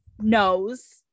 knows